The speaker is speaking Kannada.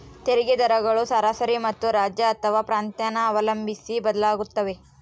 ತೆರಿಗೆ ದರಗಳು ಸರಾಸರಿ ಮತ್ತು ರಾಜ್ಯ ಅಥವಾ ಪ್ರಾಂತ್ಯನ ಅವಲಂಬಿಸಿ ಬದಲಾಗುತ್ತವೆ